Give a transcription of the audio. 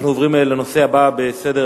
אנחנו עוברים לנושא הבא בסדר-היום: